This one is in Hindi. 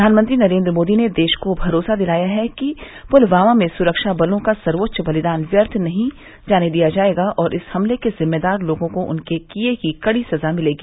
प्रधानमंत्री नरेंद्र मोदी ने देश को भरोसा दिलाया है कि पुलवामा में सुरक्षा बलों का सर्वोच्च बलिदान व्यर्थ नहीं जाएगा और इस हमले के जिम्मेदार लोगों को उनके किये की कड़ी सजा मिलेगी